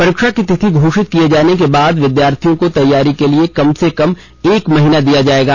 परीक्षा की तिथि घोषित किए जाने के बाद विद्यार्थियों को तैयारी के लिए कम से कम एक महीना दिया जाएगा